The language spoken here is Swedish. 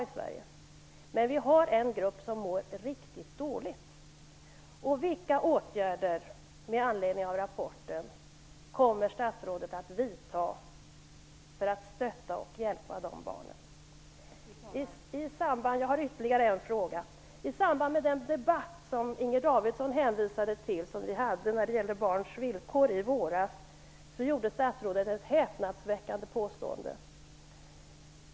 Men det finns en grupp barn som mår riktigt dåligt. Vilka åtgärder kommer statsrådet att vidta, med anledning av rapporten, för att stötta och hjälpa dessa barn? I samband med debatten om barns villkor som vi hade i våras, vilken Inger Davidson hänvisade till, gjorde statsrådet ett häpnadsväckande påstående.